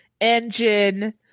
engine